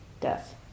death